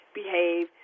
behave